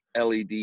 led